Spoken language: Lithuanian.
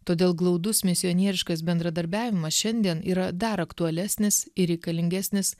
todėl glaudus misionieriškas bendradarbiavimas šiandien yra dar aktualesnis ir reikalingesnis